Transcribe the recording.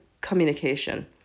communication